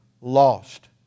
lost